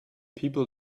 people